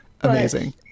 Amazing